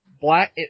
black